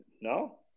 No